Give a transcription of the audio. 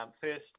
first